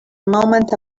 moment